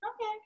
Okay